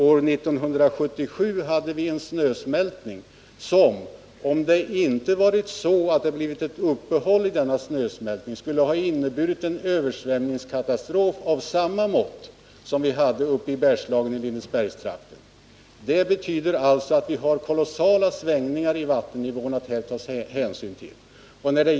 Snösmältningen 1977 hade, om det inte blivit ett uppehåll i den, inneburit en översvämningskatastrof av samma mått som uppe i Bergslagen i Lindesbergstrakten. Det betyder att vi har kolossala svängningar i vattennivån att ta hänsyn till.